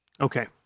Okay